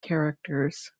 characters